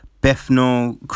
Bethnal